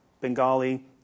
bengali